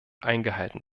eingehalten